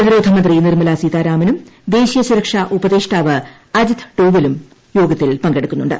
പ്രതിരോധ മന്ത്രി നിർമ്മല സീതാരാമനും ദേശീയ സുരക്ഷ ഉപദേഷ്ടാവ് അജിത് ധോവലും യോഗത്തിൽ പങ്കെടുക്കുന്നുണ്ട്